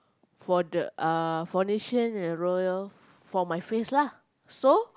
for the uh foundation and l'oreal for my face lah so